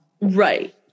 Right